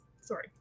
sorry